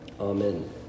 Amen